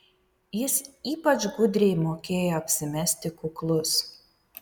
jis ypač gudriai mokėjo apsimesti kuklus